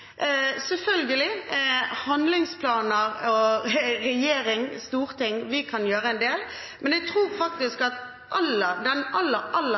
Selvfølgelig kan handlingsplaner, regjering og storting gjøre en del, men jeg tror faktisk at den